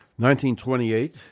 1928